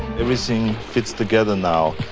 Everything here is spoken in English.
everything fits together now,